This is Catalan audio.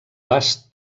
bast